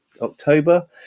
October